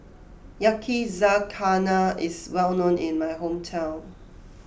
Yakizakana is well known in my hometown